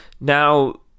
Now